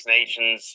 Nations